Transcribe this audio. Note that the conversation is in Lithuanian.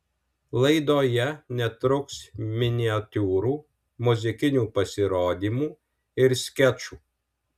laidoje netruks miniatiūrų muzikinių pasirodymų ir skečų